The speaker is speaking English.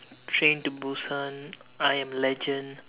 train to Busan I am legend